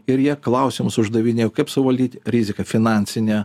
ir jie klausimus uždavinėjo kaip suvaldyt riziką finansinę